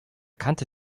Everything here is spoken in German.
kannte